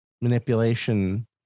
manipulation